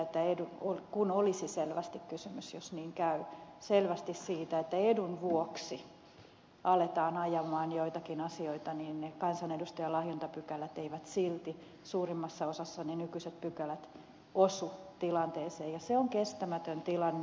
silloinkin kun olisi selvästi kysymys siitä että edun vuoksi aletaan ajaa joitakin asioita niin ne kansanedustajan lahjontapykälät eivät silti suurimmassa osassa ne nykyiset pykälät osu tilanteeseen ja se on kestämätön tilanne